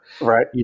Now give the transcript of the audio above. Right